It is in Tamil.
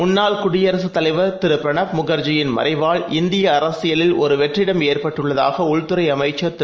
முன்னாள்குடியரசுதலைவர்பிரணாப்முகர்ஜியின்மறைவால் இந்தியஅரசியலில்ஒருவெற்றிடம்ஏற்பட்டுள்ளதாகஉள்துறைஅமைச்சர்திரு